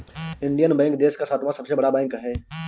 Indian bank देश का सातवां सबसे बड़ा बैंक है